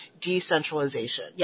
decentralization